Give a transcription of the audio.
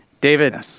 David